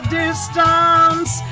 distance